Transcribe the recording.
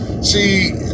See